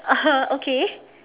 okay